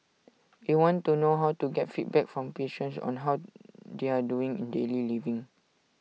we want to know how to get feedback from patients on how they are doing in daily living